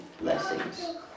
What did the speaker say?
blessings